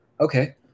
Okay